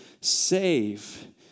save